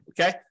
Okay